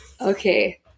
Okay